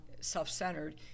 self-centered